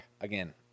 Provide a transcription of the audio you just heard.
again